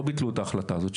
לא ביטלו את ההחלטה הזאת.